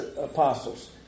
apostles